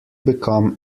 become